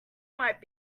might